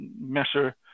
measure